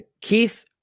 Keith